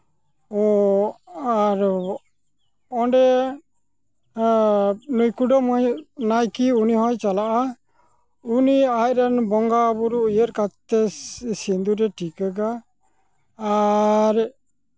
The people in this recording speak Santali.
ᱟᱨ ᱚᱸᱰᱮ ᱱᱩᱭ ᱠᱩᱰᱟᱹᱢ ᱱᱟᱭᱠᱮ ᱩᱱᱤ ᱦᱚᱭ ᱪᱟᱞᱟᱜᱼᱟ ᱩᱱᱤ ᱟᱡ ᱨᱮᱱ ᱵᱚᱸᱜᱟᱼᱵᱳᱨᱳ ᱩᱭᱦᱟᱹᱨ ᱠᱟᱛᱮᱫ ᱥᱤᱸᱫᱩᱨ ᱮ ᱴᱤᱠᱟᱹᱜᱟ ᱟᱨ